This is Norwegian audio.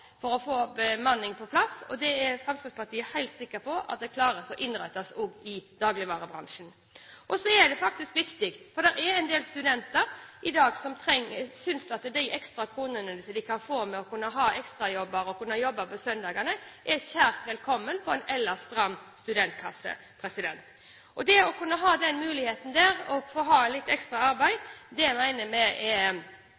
for å få bemanningen på plass. Det er Fremskrittspartiet helt sikker på at en klarer å innrette seg etter òg i dagligvarebransjen. Så er det faktisk viktig å si at det er en del studenter som synes at de ekstra kronene de kan få ved å kunne ha ekstrajobber og jobbe på søndagene, er svært velkomne i en ellers stram studentkasse. Å kunne ha den muligheten